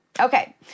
Okay